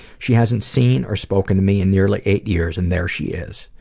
she hasn't seen or spoken to me in nearly eight years, and there she is.